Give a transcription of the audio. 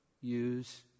use